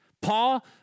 Paul